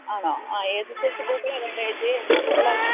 ആണോ ഏതു സൈസ് ബൊക്കെയാണ് വേണ്ടത് ചേച്ചി എന്നാ പൂക്കളാണ് വേണ്ടത്